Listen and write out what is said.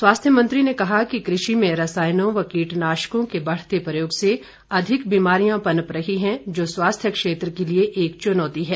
स्वास्थ्य मंत्री ने कहा कि कृषि में रसायनों व कीटनाशकों के बढ़ते प्रयोग से अधिक बीमारियों पनप रही है जो स्वास्थ्य क्षेत्र के लिए एक चुनौति है